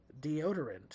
deodorant